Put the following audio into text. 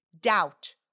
doubt